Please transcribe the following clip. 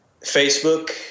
Facebook